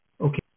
Okay